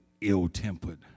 ill-tempered